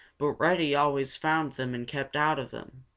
but reddy always found them and kept out of them.